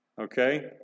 Okay